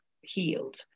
healed